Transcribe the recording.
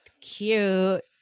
cute